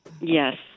Yes